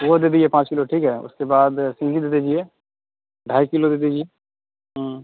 وہ دے دیجیے پانچ کلو ٹھیک ہے اس کے بعد سنگھی دے دیجیے ڈھائی کلو دے دیجیے ہوں